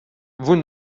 vous